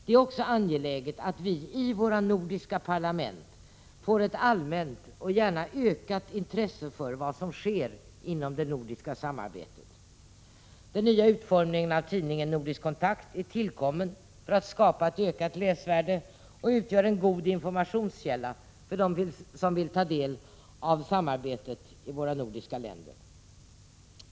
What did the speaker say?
Det är också angeläget att vi i våra nordiska parlament får ett allmänt och gärna ökat intresse för vad som sker inom det nordiska samarbetet. Den nya utformningen av tidningen Nordisk Kontakt är tillkommen för att skapa ett ökat läsvärde, och tidningen utgör en god informationskälla för dem som vill ta del av samarbetet inom våra nordiska länder.